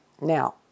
now